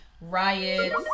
riots